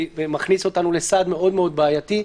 ומכניס אותנו לסעד מאוד מאוד בעייתי.